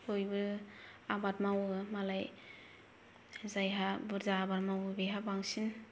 बयबो आबाद मावो मालाय जायहा बुरजा आबाद मावो बेहा बांसिन